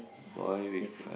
boy with